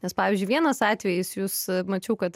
nes pavyzdžiui vienas atvejis jus mačiau kad